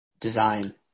design